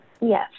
Yes